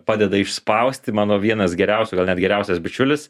padeda išspausti mano vienas geriausių gal net geriausias bičiulis